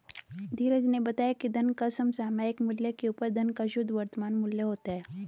धीरज ने बताया धन का समसामयिक मूल्य की उपज धन का शुद्ध वर्तमान मूल्य होता है